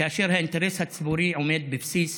כאשר האינטרס הציבורי עומד בבסיס